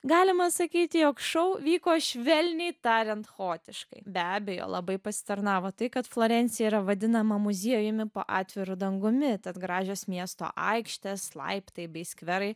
galima sakyti jog šou vyko švelniai tariant chaotiškai be abejo labai pasitarnavo tai kad florencija yra vadinama muziejumi po atviru dangumi tad gražios miesto aikštės laiptai bei skverai